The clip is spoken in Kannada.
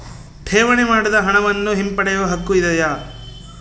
ಠೇವಣಿ ಮಾಡಿದ ಹಣವನ್ನು ಹಿಂಪಡೆಯವ ಹಕ್ಕು ಇದೆಯಾ?